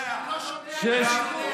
אתה גם לא שומע את הציבור.